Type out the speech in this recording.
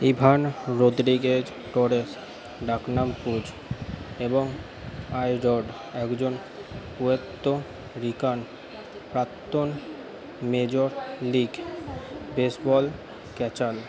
Ivan Rodriguez Torres ডাকনাম এবং আইরড একজন পোর্তো রিকান প্রাক্তন মেজর লিগ বেসবল ক্যাচার